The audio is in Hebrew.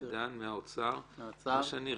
מידן מהאוצר, בבקשה.